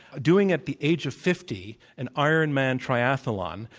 doing, at the age of fifty, an ironman triathlon,